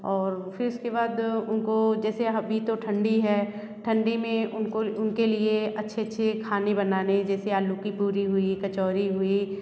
और फिर उसके बाद उनको जैसे अभी तो ठंडी है ठंडी में उनको उनके लिए अच्छे अच्छे खाने बनाने जैसे आलू की पूरी हुई कचौरी हुई